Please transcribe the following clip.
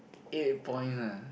eight point ah